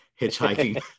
hitchhiking